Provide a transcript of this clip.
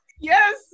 Yes